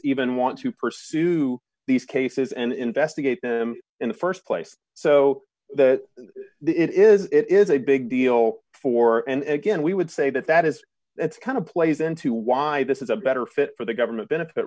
even want to pursue these cases and investigate them in the st place so that it is it is a big deal for and again we would say that that is that's kind of plays into why this is a better fit for the government benefit